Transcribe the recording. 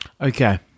Okay